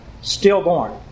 stillborn